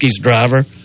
driver